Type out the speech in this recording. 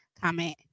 comment